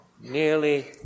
nearly